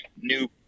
new